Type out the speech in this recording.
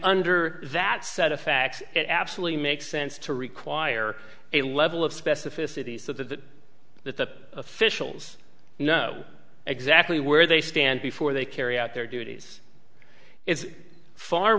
under that set of facts it absolutely makes sense to require a level of specificity so that the officials know exactly where they stand before they carry out their duties is far